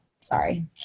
sorry